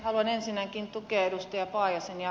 haluan ensinnäkin tukea ed